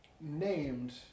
named